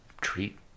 treat